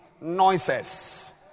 Noises